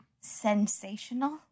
Sensational